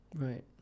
Right